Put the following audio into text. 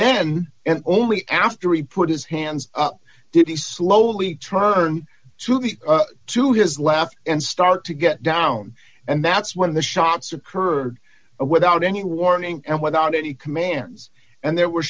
then and only after he put his hands up did he slowly turn to the to his left and start to get down and that's when the shots occurred without any warning and without any commands and there w